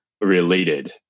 related